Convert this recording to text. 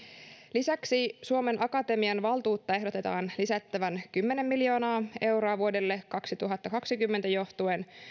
lisäksi suomen akatemian valtuutta ehdotetaan lisättävän kymmenen miljoonaa euroa vuodelle kaksituhattakaksikymmentä johtuen